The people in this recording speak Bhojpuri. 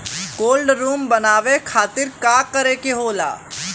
कोल्ड रुम बनावे खातिर का करे के होला?